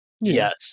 Yes